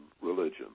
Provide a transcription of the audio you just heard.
religion